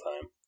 time